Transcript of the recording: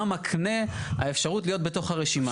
מה מקנה האפשרות להיות בתוך הרשימה.